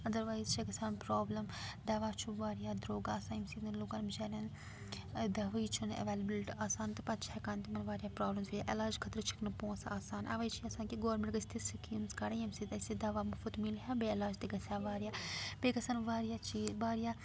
otherwise چھےٚ گَژھان problem دَوا چھُ واریاہ درٛوگ آسان ییٚمہِ سۭتۍ لوٗکَن بَچارٮ۪ن دَبہٕے چھنہٕ اٮ۪ولیٚبٕلڈ آسان تہٕ پتہٕ چھِ ہٮ۪کان تِمن وارِیاہ پرابلَمٕز بیٚیہِ عٮ۪لاج خٲطرٕ چھِکھہٕ پونٛسہٕ آسان اَوَے چھِ یژھان کہِ گورمنٛٹ گژھ تِژ سِکیٖمٕز کَڑنۍ ییٚمہِ سۭتۍ اَسہِ یہِ داو مُفت مِلِہا بیٚیہِ عٮ۪لاج تہِ گژھِ ہا واریاہ بیٚیہِ گژھن واریاہ چیٖز واریاہ